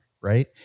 right